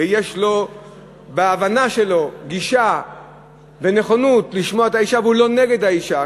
ויש לו בהבנה שלו גישה ונכונות לשמוע את האישה והוא לא נגד האישה,